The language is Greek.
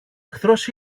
εχθρός